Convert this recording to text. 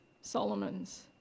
Solomon's